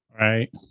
right